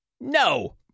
no